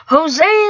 Jose